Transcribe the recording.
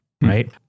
right